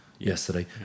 yesterday